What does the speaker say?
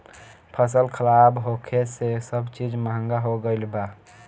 फसल खराब होखे से सब चीज महंगा हो गईल बा